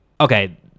Okay